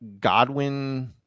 Godwin